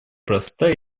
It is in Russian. проста